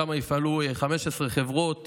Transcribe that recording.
יפעלו שם 15 חברות